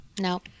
No